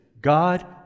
God